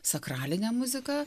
sakralinę muziką